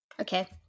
Okay